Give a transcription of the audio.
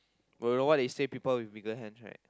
but you know what they say people with bigger hands right